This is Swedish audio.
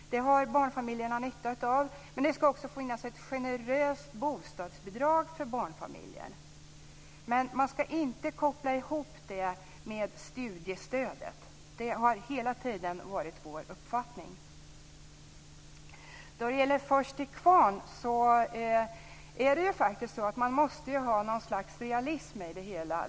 Det har barnfamiljerna nytta av. Det ska också finnas ett generöst bostadsbidrag för barnfamiljer. Men man ska inte koppla ihop det med studiestödet. Det har hela tiden varit vår uppfattning. Då det gäller först-till-kvarn-systemet måste man faktiskt ha något slags realism i det hela.